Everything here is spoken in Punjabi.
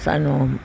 ਸਾਨੂੰ